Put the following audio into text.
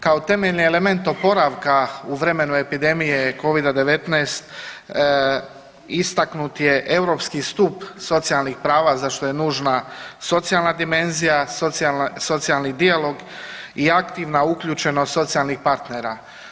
Kao temeljni element oporavka u vremenu epidemije Covida-19 istaknut je europski stup socijalnih prava za što je nužna socijalna dimenzija, socijalni dijalog i aktivna uključenost socijalnih partnera.